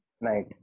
Night